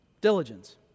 Diligence